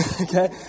Okay